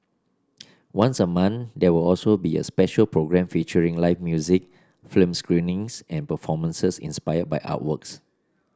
once a month there were also be a special programme featuring live music film screenings and performances inspired by artworks